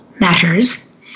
Matters